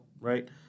right